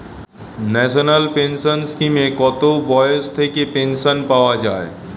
National pension স্কিমে কত বয়স থেকে পেনশন পাওয়া যায়?